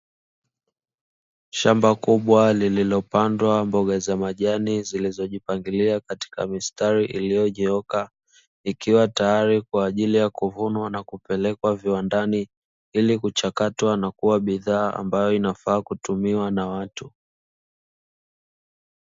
Shamba kubwa lililopandwa mboga za majani zilizojipangilia katika mistari iliyonyooka. Ikiwa tayari kwa ajili ya kuvunwa na kupelekwa kiwandani, ili kuchakatwa na kuwa bidhaa ambayo inafaa kutumiwa na watu.